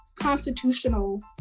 constitutional